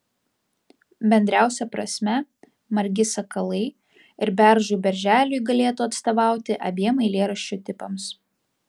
bendriausia prasme margi sakalai ir beržui berželiui galėtų atstovauti abiem eilėraščių tipams